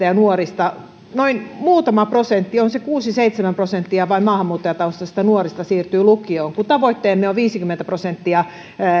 ja nuorista vain noin muutama prosentti onko se kuusi viiva seitsemän prosenttia maahanmuuttajataustaisista nuorista siirtyy lukioon kun tavoitteemme on että viisikymmentä prosenttia